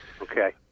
Okay